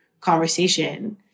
conversation